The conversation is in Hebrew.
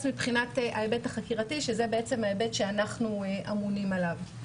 מבחינת ההיבט החקירתי שאנחנו אמונים עליו.